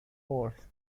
horse